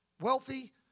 Wealthy